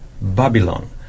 Babylon